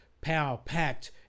power-packed